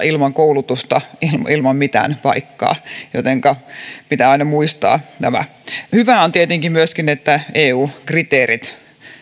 ilman koulutusta ilman mitään paikkaa jotenka pitää aina muistaa nämä hyvää on tietenkin myöskin että eu kriteerit